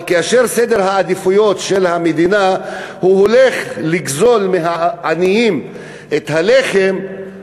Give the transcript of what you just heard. אבל כאשר סדר העדיפויות של המדינה הולך לגזול מהעניים את הלחם,